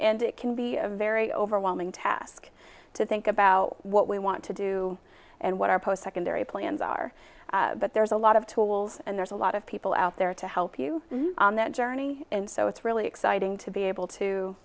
and it can be a very overwhelming task to think about what we want to do and what our post secondary plans are but there's a lot of tools and there's a lot of people out there to help you on that journey and so it's really exciting to be able to